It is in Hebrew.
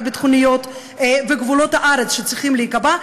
ביטחוניות וגבולות הארץ שצריכים להיקבע,